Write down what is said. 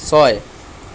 ছয়